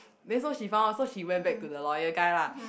then so she found out so she went back to the loyal guy lah